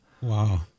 Wow